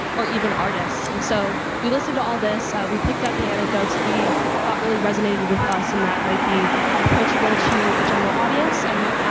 or even artists. and so we listened to all this, we picked out the anecdotes that we thought really resonated with us, and that might be approachable to a general audience. and